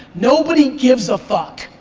nobody gives a fuck